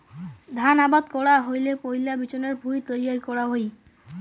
ধান আবাদ করা হইলে পৈলা বিচনের ভুঁই তৈয়ার করা হই